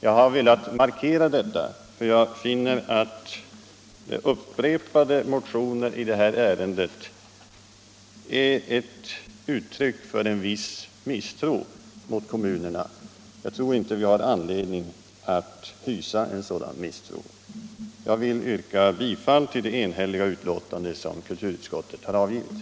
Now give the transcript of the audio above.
Jag har velat markera detta, för jag finner att upprepade motioner i det här ärendet är ett uttryck för en viss misstro mot kommunerna. Jag tror inte vi har anledning att hysa en sådan misstro. Jag yrkar bifall till vad utskottet har hemställt i sitt enhälliga betänkande.